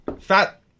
Fat